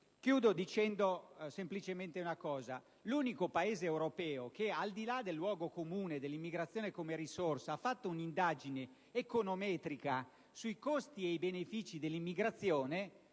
con una semplice affermazione. L'unico Paese europeo che, al di là del luogo comune dell'immigrazione come risorsa, ha fatto una indagine econometrica sui costi e i benefici della stessa,